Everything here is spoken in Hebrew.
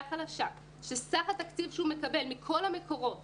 חלשה שסך התקציב שהוא מקבל מכל המקורות